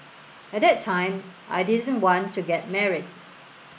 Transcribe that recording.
at that time I didn't want to get married